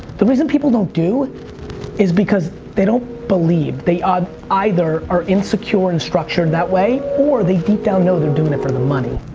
the reason people don't do is because they don't believe. they either are insecure and structured that way or they deep down know they're doing it for the money.